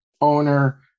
owner